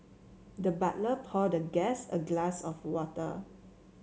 the butler poured the guest a glass of water